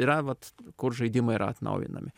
yra vat kur žaidimai yra atnaujinami